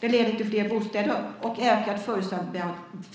Det leder till fler bostäder och ökad